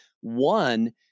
one